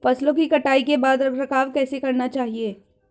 फसलों की कटाई के बाद रख रखाव कैसे करना चाहिये?